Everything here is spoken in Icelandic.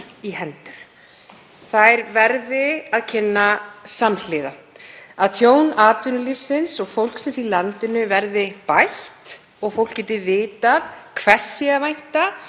í hendur, að þær verði að kynna samhliða, að tjón atvinnulífsins og fólksins í landinu verði bætt og fólk geti vitað hvers sé að vænta